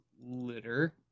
litter